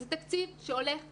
זה תקציב שהולך לפח.